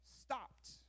stopped